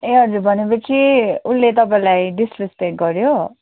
ए हजुर भने पछि उसले तपाईँलाई डिसरेसपेक्ट गऱ्यो